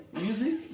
Music